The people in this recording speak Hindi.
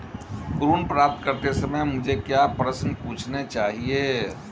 ऋण प्राप्त करते समय मुझे क्या प्रश्न पूछने चाहिए?